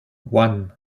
one